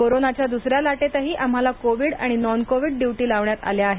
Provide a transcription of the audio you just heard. कोरोनाच्या दुसऱ्या लाटेतही आम्हाला कोविड आणि नॉन कोविड ड्युटी लावण्यात आल्या आहे